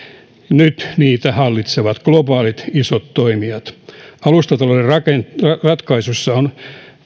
nyt niitä hallitsevat globaalit isot toimijat alustatalouden ratkaisuissa on